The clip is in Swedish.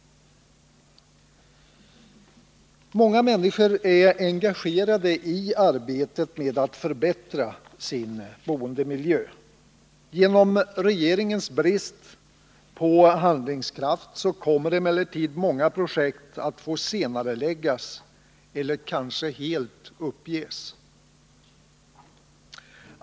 Många människor är engagerade i arbetet med att förbättra sin boendemiljö. Genom regeringens brist på handlingskraft kommer emellertid många projekt att få senareläggas eller kanske helt uppges.